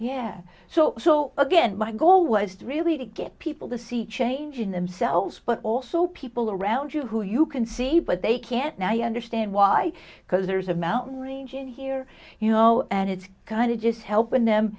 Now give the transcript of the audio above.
yeah so so again my goal was really to get people to see change in themselves but also people around you who you can see but they can't now you understand why because there's a mountain range in here you know and it's kind of just helping them